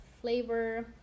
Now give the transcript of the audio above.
flavor